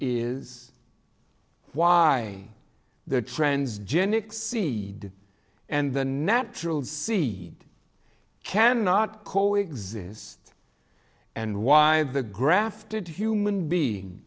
is why the trends genic sea and the natural sea cannot co exist and why the grafted human being